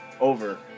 over